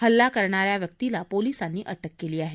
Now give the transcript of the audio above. हल्ला करणाऱ्या व्यक्तीला पोलीसांनी अटक केली आहे